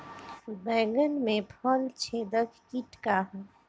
बैंगन में फल छेदक किट का ह?